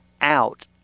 out